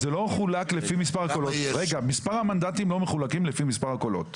מספר המנדים לא מחולקים לפי מספר הקולות.